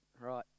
Right